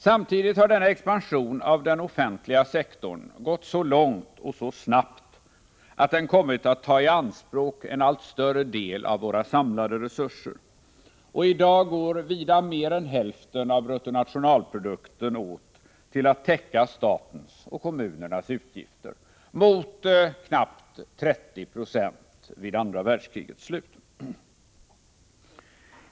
Samtidigt har denna expansion av den offentliga sektorn gått så långt och så snabbt att den kommit att ta i anspråk en allt större del av våra samlade resurser — i dag går vida mer än hälften av bruttonationalprodukten åt till att täcka statens och kommunernas utgifter mot knappt 30 96 vid andra världskrigets slut.